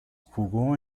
jugó